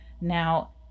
Now